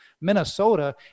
Minnesota